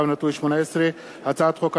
פ/2616/18 וכלה בהצעת חוק שמספרה פ/2647/18,